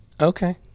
Okay